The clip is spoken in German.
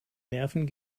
nerven